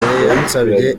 yansabye